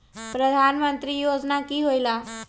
प्रधान मंत्री योजना कि होईला?